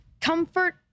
Comfort